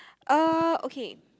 uh okay